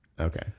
okay